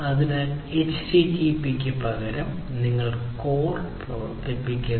അതിനാൽ എച്ച്ടിടിപിക്ക് പകരം നിങ്ങൾ കോർ പ്രവർത്തിപ്പിക്കുന്നു